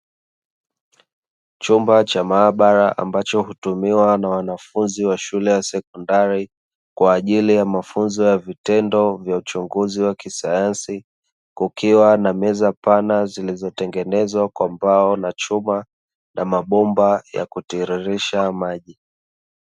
Chumba cha maabara ambacho hutumiwa na wanafunzi wa shule ya sekondari kwa ajili ya mafunzo ya vitendo vya uchunguzi wa kisayansi, kukiwa na meza pana zilizotengenezwa kwa mbao na chuma na mabomba ya kutiririsha maji.